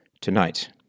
tonight